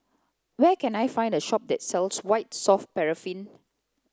where can I find a shop that sells White Soft Paraffin